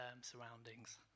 surroundings